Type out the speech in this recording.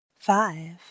Five